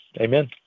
Amen